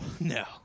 No